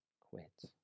quit